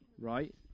right